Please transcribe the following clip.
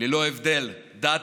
ללא הבדל דת,